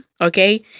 Okay